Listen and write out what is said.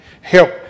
help